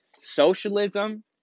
socialism